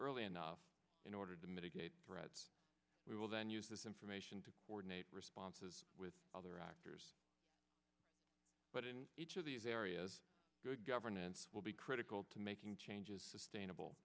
early enough in order to mitigate threats we will then use this information to coordinate responses with other actors but in each of these areas good governance will be critical to making changes sustainable